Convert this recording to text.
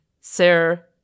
Sir